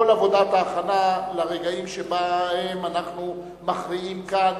עבודת ההכנה לרגעים שבהם אנחנו מריעים כאן